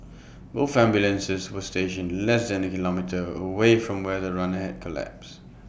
both ambulances were stationed less than A kilometre away from where the runner had collapsed